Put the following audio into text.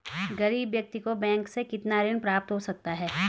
गरीब व्यक्ति को बैंक से कितना ऋण प्राप्त हो सकता है?